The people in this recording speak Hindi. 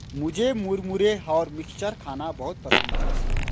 मुझे मुरमुरे और मिक्सचर खाना बहुत पसंद है